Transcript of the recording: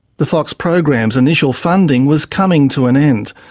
the fox program's initial funding was coming to an end,